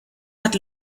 hat